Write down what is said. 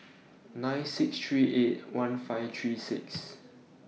nine six three eight one five three six